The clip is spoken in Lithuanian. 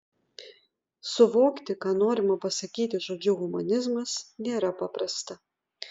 suvokti ką norima pasakyti žodžiu humanizmas nėra paprasta